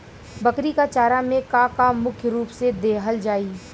बकरी क चारा में का का मुख्य रूप से देहल जाई?